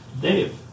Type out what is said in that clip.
Dave